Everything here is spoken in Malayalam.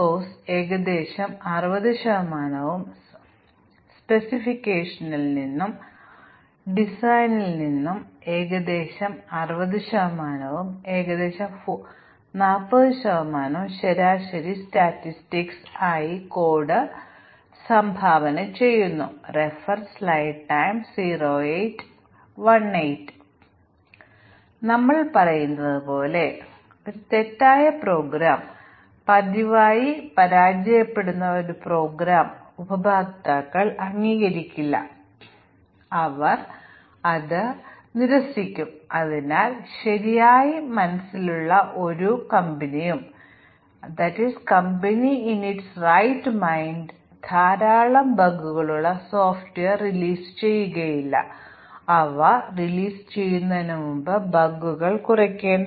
അതിനാൽ ഞങ്ങൾക്ക് പ്രോഗ്രാം ഉണ്ട് അതിന്റെ അടിസ്ഥാനത്തിൽ കവറേജ് ബേസ് ടെസ്റ്റിംഗിനെ അടിസ്ഥാനമാക്കി ഞങ്ങൾ ചില ഇനീഷ്യൽ ടെസ്റ്റ് കേസുകൾ രൂപകൽപ്പന ചെയ്യുകയും തുടർന്ന് ഞങ്ങൾ ടെസ്റ്റ് കേസുകൾ പ്രവർത്തിപ്പിക്കുകയും തുടർന്ന് ടെസ്റ്റ് കേസുകൾ ചില ബഗുകൾ കണ്ടെത്തുകയാണെങ്കിൽ ഞങ്ങൾ പ്രോഗ്രാമിലേക്ക് ശരിയാക്കുകയും ഇപ്പോൾ ടെസ്റ്റ് കേസുകൾ ഞങ്ങളുടെ ടാർഗെറ്റുചെയ്ത കവറേജ് മാനദണ്ഡം തൃപ്തിപ്പെടുത്തുന്നത് MCDC ആകാം ഇൻഡിപെൻഡൻറ് അടിസ്ഥാന പാത്തോ കവറേജോ അല്ലെങ്കിൽ രണ്ടും ആകാം തുടർന്ന് ഞങ്ങൾ മ്യൂട്ടേഷൻ ടെസ്റ്റിംഗ് പ്രക്രിയ ആരംഭിക്കുന്നു